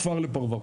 כפר לפרבר.